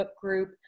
group